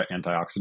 antioxidant